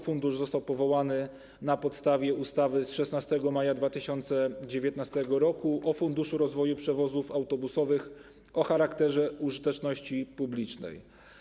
Fundusz został powołany na podstawie ustawy z 16 maja 2019 r. o Funduszu rozwoju przewozów autobusowych o charakterze użyteczności publicznej.